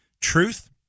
Truth